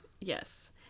Yes